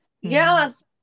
Yes